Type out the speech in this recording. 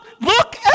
look